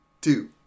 two